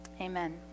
amen